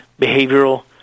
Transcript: behavioral